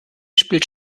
spielt